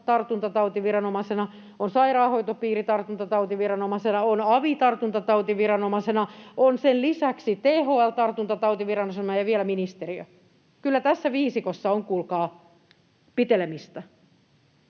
tartuntatautiviranomaisena, on sairaanhoitopiiri tartuntatautiviranomaisena, on avi tartuntatautiviranomaisena, on sen lisäksi THL tartuntatautiviranomaisena ja vielä ministeriö. Kyllä tässä viisikossa on, kuulkaa, pitelemistä.